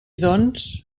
doncs